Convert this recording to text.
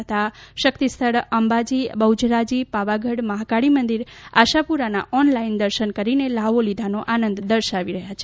તથા શક્તિસ્થળ અંબાજી બહુચરાજી પાવાગઢ મહાકાળી મંદિર આશાપુરાનાં ઓનલાઇન દર્શન કરીને લ્હાવો લીધાનો આનંદ દર્શાવી રહ્યા છે